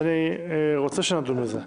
אני רוצה שנדון בזה.